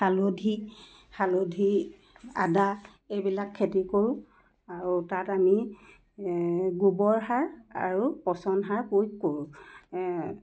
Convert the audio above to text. হালধি হালধি আদা এইবিলাক খেতি কৰোঁ আৰু তাত আমি গোবৰ সাৰ আৰু পচন সাৰ প্ৰয়োগ কৰোঁ